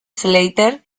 slater